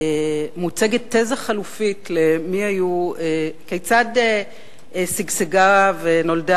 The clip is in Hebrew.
מוצגת תזה חלופית כיצד שגשגה ונולדה